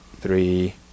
three